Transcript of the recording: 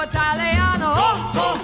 Italiano